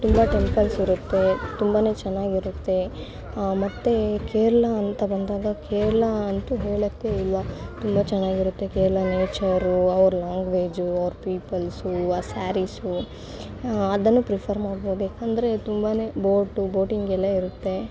ತುಂಬ ಟೆಂಪಲ್ಸಿರುತ್ತೆ ತುಂಬನೇ ಚೆನ್ನಾಗಿರುತ್ತೆ ಮತ್ತೆ ಕೇರಳ ಅಂತ ಬಂದಾಗ ಕೇರಳ ಅಂತೂ ಹೇಳೋಕ್ಕೆ ಇಲ್ಲ ತುಂಬ ಚೆನ್ನಾಗಿರುತ್ತೆ ಕೇರಳ ನೇಚರು ಅವ್ರ ಲ್ಯಾಂಗ್ವೇಜು ಅವ್ರ ಪಿಪಲ್ಸು ಆ ಸ್ಯಾರೀಸು ಅದನ್ನು ಪ್ರಿಫರ್ ಮಾಡ್ಬೋದು ಏಕೆಂದ್ರೆ ತುಂಬನೇ ಬೋಟು ಬೋಟಿಂಗೆಲ್ಲ ಇರುತ್ತೆ